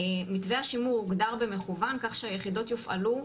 מתווה השימור הוגדר במכוון כך שהיחידות יופעלו,